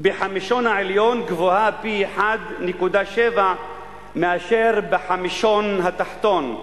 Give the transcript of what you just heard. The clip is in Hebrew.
בחמישון העליון גבוהה פי 1.7 מאשר בחמישון התחתון.